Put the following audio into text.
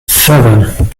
seven